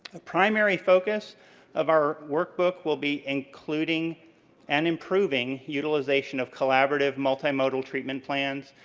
a primary focus of our workbook will be including and improving utilization of collaborative, multimodal treatment plans,